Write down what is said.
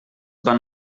van